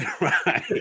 Right